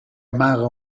amaga